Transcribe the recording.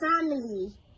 Family